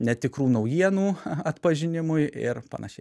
netikrų naujienų atpažinimui ir panašiai